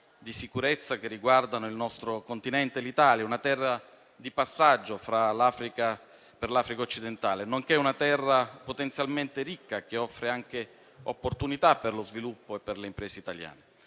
di sicurezza che riguardano il nostro continente e l'Italia: una terra di passaggio per l'Africa occidentale costiera, nonché una terra potenzialmente ricca, che offre buone opportunità per lo sviluppo proprio e per le imprese italiane.